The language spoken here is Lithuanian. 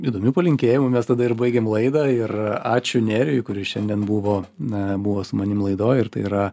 įdomiu palinkėjimu mes tada ir baigiam laidą ir ačiū nerijui kuris šiandien buvo na buvo su manim laidoj ir tai yra